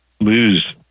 lose